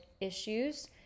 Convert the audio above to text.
issues